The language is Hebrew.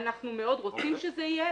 אנחנו מאוד רוצים שיהיה,